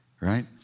Right